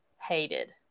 hated